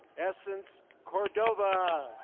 essence cordova.